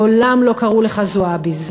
מעולם לא קראו לך "זועביז".